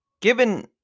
Given